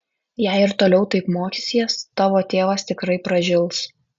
jei ir toliau taip mokysies tavo tėvas tikrai pražils